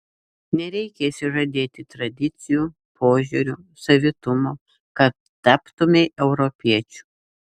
nereikia išsižadėti tradicijų požiūrio savitumo kad taptumei europiečiu